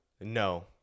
no